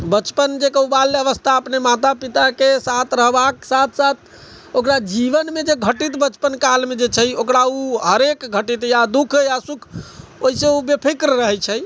बचपन के कहू बाल्यावस्था जे अपन माता पिता के साथ रहबा के साथ साथ ओकरा जीवन मे जे घटित बचपन काल मे जे छै ओकरा ओ हरेक घटित याद दुःख या सुख ओहिसे ओ बेफिक्र रहै छै